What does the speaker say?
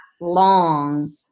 long